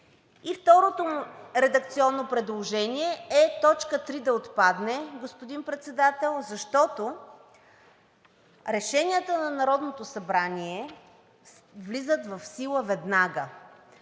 Второто редакционно предложение е т. 3 да отпадне, господин Председател, защото решенията на Народното събрание влизат в сила веднага.